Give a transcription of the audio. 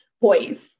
voice